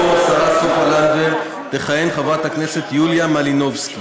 במקום השרה סופה לנדבר תכהן חברת הכנסת יוליה מלינובסקי,